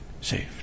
saved